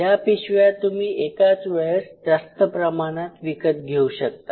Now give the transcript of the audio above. ह्या पिशव्या तुम्ही एकाच वेळेस जास्त प्रमाणात विकत घेऊ शकता